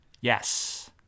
Yes